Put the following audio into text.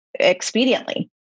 expediently